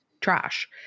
trash